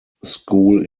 school